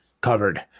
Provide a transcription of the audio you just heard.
covered